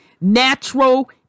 natural